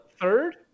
Third